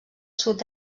sud